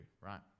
right